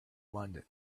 london